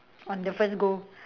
on the first go